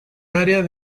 área